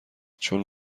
چون